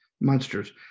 monsters